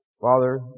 Father